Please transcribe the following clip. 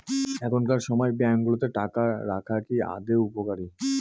এখনকার সময় ব্যাঙ্কগুলোতে টাকা রাখা কি আদৌ উপকারী?